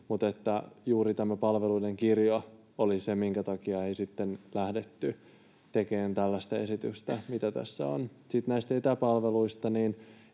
mutta juuri tämä palveluiden kirjo oli se, minkä takia ei sitten lähdetty tekemään tällaista esitystä, mitä tässä on. Sitten näistä etäpalveluista: Itse